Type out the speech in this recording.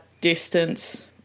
distance